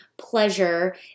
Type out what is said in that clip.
pleasure